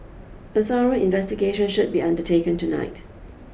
a thorough investigation should be undertaken tonight